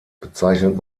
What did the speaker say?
bezeichnet